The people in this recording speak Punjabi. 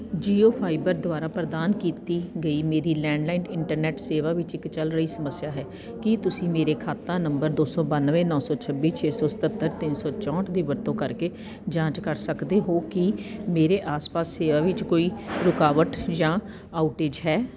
ਜੀਓ ਫਾਈਬਰ ਦੁਆਰਾ ਪ੍ਰਦਾਨ ਕੀਤੀ ਗਈ ਮੇਰੀ ਲੈਂਡਲਾਈਨ ਇੰਟਰਨੈਟ ਸੇਵਾ ਵਿੱਚ ਇੱਕ ਚੱਲ ਰਹੀ ਸਮੱਸਿਆ ਹੈ ਕੀ ਤੁਸੀਂ ਮੇਰੇ ਖਾਤਾ ਨੰਬਰ ਦੋ ਸੌ ਬੱਨਵੇਂ ਨੌਂ ਸੌ ਛੱਬੀ ਛੇ ਸੌ ਸਤੱਤਰ ਤਿੰਨ ਸੌ ਚੌਂਹਠ ਦੀ ਵਰਤੋਂ ਕਰਕੇ ਜਾਂਚ ਕਰ ਸਕਦੇ ਹੋ ਕੀ ਮੇਰੇ ਆਸ ਪਾਸ ਸੇਵਾ ਵਿੱਚ ਕੋਈ ਰੁਕਾਵਟ ਜਾਂ ਆਉਟੇਜ ਹੈ